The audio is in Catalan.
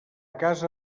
casa